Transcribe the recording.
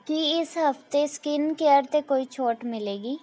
ਕੀ ਇਸ ਹਫ਼ਤੇ skin care 'ਤੇ ਕੋਈ ਛੋਟ ਮਿਲੇਗੀ